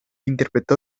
interpretó